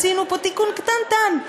עשינו פה תיקון קטנטן,